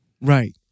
Right